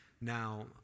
Now